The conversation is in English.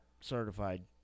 certified